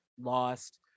lost